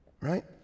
right